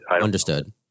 understood